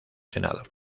senado